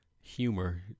humor